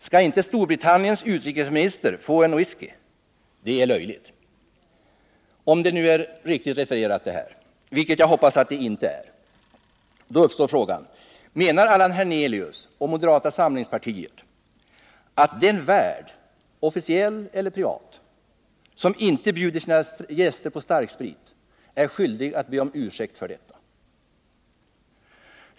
Skall inte Storbritanniens utrikesminister få en visky? Det är löjligt. Om detta nu är riktigt refererat — vilket jag hoppas att det inte är — uppstår frågan: Menar Allan Hernelius och moderata samlingspartiet att den värd, officiell eller privat, som inte bjuder sina gäster på starksprit är skyldig att be om ursäkt för detta?